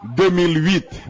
2008